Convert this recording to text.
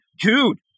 dude